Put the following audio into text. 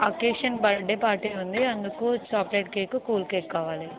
occasion birthday party ఉంది అందుకు chocolate cake cool cake కావాలి